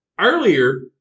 Earlier